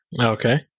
Okay